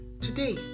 today